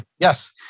Yes